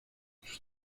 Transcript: sus